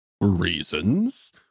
reasons